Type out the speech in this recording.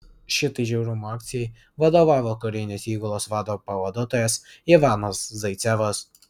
šitai žiaurumo akcijai vadovavo karinės įgulos vado pavaduotojas ivanas zaicevas